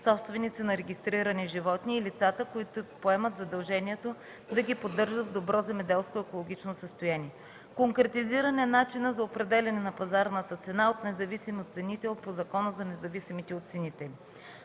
собственици на регистрирани животни, и лицата, които поемат задължението да ги поддържат в добро земеделско и екологично състояние. Конкретизиран е начинът за определяне на пазарната цена от независим оценител по Закона за независимите оценители.